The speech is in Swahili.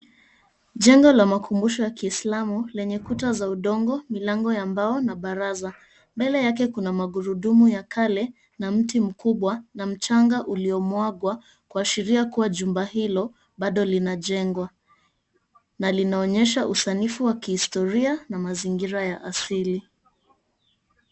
Jengo la makumbusho ya kiislamu lenye kuta za udongo, milango ya mbao na baraza. Mbele yake kuna magurudumu ya kale na mti mkubwa na mchanga uliomwagwa kuashiria kuwa jumba hilo bado linajengwa na linaonyesha usanifu wa kihistoria na mazingira ya asili.